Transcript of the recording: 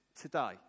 today